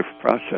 process